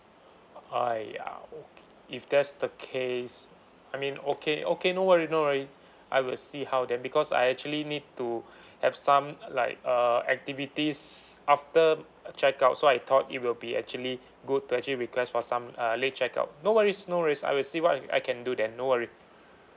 !aiya! if that's the case I mean okay okay no worry no worry I will see how then because I actually need to have some like uh activities after check out so I thought it will be actually good to actually request for some uh late check out no worries no worries I will see what I can do then no worry